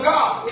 God